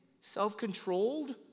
self-controlled